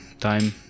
time